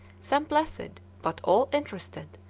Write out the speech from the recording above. some placid, but all interested,